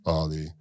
ali